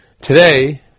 Today